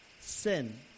sin